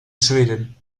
sweden